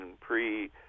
pre